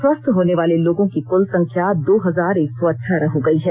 स्वस्थ होने वाले लोगों की कुल संख्या दो हजार एक सौ अठारह हो गयी है